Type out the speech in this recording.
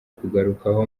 kugarukaho